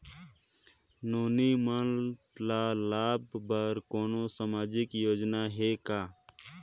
नोनी मन ल लाभ बर कोनो सामाजिक योजना हे का?